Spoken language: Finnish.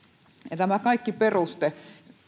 tämä kaikki peruste